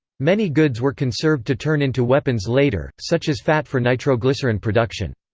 many goods were conserved to turn into weapons later, such as fat for nitroglycerin production.